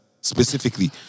Specifically